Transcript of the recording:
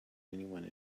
anyone